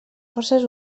forces